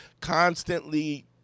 constantly